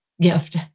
gift